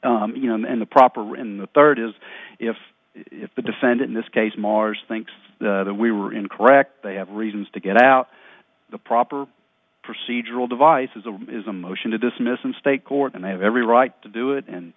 matter you know and the proper in the third is if the defendant in this case mars thinks that we were incorrect they have reasons to get out the proper procedural devices is a motion to dismiss in state court and they have every right to do it and